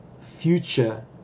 future